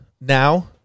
now